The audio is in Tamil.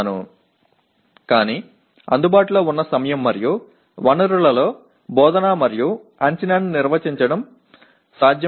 ஆனால் கிடைக்கக்கூடிய நேரம் மற்றும் வளங்களுக்குள் அறிவுறுத்தல் மற்றும் மதிப்பீட்டை நடத்த முடியாது